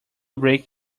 break